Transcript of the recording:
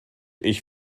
ich